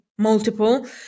multiple